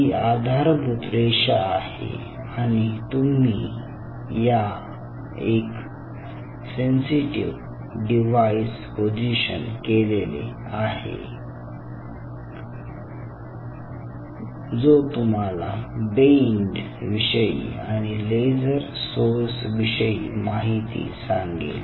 ही आधारभूत रेषा आहे आणि तुम्ही या एक सेंसिटिव डिवाइस पोझिशन केलेले आहे जो तुम्हाला बेंड विषयी आणि लेझर सोर्स विषयी माहिती सांगेल